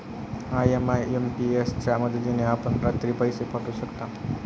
IMPS च्या मदतीने आपण रात्री पैसे पाठवू शकता